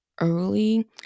early